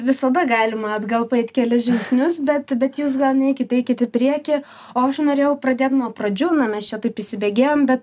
visada galima atgal paeit kelis žingsnius bet bet jūs gal neikit eikit į priekį o aš norėjau pradėt nuo pradžių na mes čia taip įsibėgėjom bet